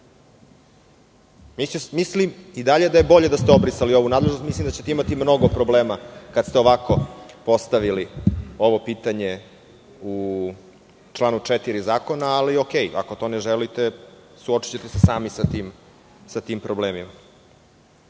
kanal. Mislim i dalje da je bolje da ste obrisali ovu nadležnost. Mislim da ćete imati mnogo problema kada ste ovako postavili ovo pitanje u članu 4. Zakona, ali u redu, ako to ne želite, suočićete se sami sa tim problemima.